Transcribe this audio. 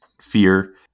fear